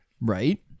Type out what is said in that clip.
Right